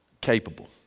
capable